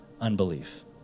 unbelief